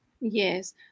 Yes